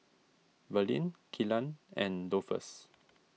Verlene Kylan and Dolphus